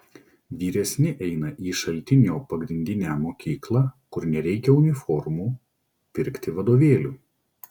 vyresni eina į šaltinio pagrindinę mokyklą kur nereikia uniformų pirkti vadovėlių